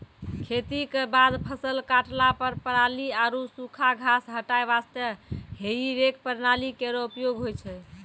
खेती क बाद फसल काटला पर पराली आरु सूखा घास हटाय वास्ते हेई रेक प्रणाली केरो उपयोग होय छै